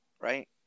right